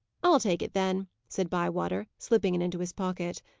i'll take it, then, said bywater, slipping it into his pocket.